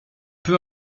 peu